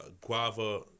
Guava